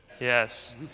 yes